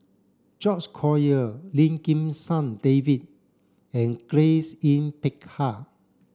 George Collyer Lim Kim San David and Grace Yin Peck Ha